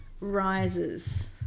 Rises